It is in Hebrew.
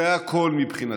זה הכול מבחינתנו,